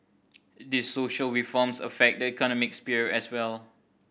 these social reforms affect the economic sphere as well